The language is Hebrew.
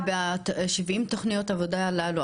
ובשבעים תכניות עבודה הללו,